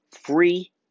free